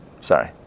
sorry